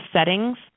settings